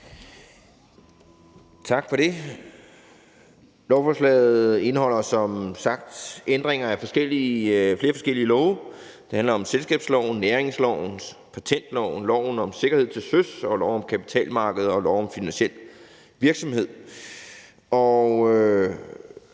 Tak for det. Lovforslaget indeholder som sagt ændringer af flere forskellige love; det handler om selskabsloven, næringsloven, patentloven, lov om sikkerhed til søs, lov om kapitalmarkedet og lov om finansiel virksomhed.